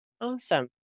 Awesome